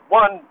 one